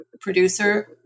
producer